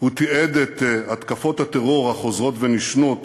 הוא תיעד את התקפות הטרור החוזרות ונשנות